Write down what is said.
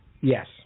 Yes